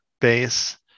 base